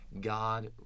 God